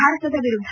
ಭಾರತದ ವಿರುದ್ಧ